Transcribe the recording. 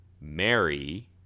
mary